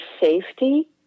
safety